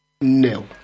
nil